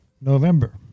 November